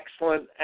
excellent